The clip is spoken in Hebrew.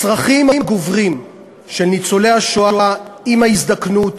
הצרכים הגוברים של ניצולי השואה עם ההזדקנות,